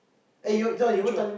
you tujuh